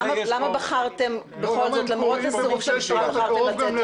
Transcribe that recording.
למה בכל זאת למרות הסירוב של המשטרה בחרתם לצאת לזה?